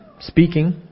speaking